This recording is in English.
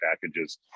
packages